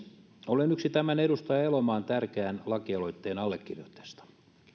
olen yksi tämän edustaja elomaan tärkeän lakialoitteen allekirjoittajista